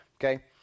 Okay